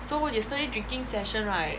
so what yesterday drinking session right